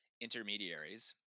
intermediaries